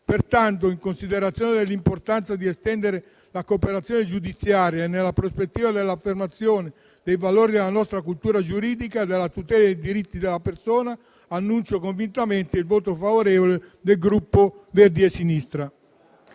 Pertanto, in considerazione dell'importanza di estendere la cooperazione giudiziaria e nella prospettiva dell'affermazione dei valori della nostra cultura giuridica e della tutela dei diritti della persona, annuncio convintamente il voto favorevole del Gruppo Alleanza Verdi e Sinistra.